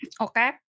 okay